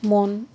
মন